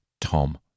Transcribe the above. Tom